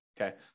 Okay